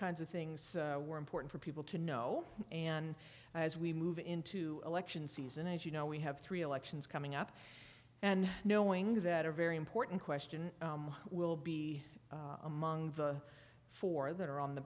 kinds of things were important for people to know and as we move into election season as you know we have three elections coming up and knowing that a very important question will be among the four that are on the